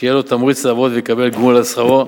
שיהיה לו תמריץ לעבוד ויקבל גמול על שכרו.